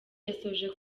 yasoje